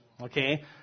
okay